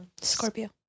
Scorpio